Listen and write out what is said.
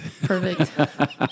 perfect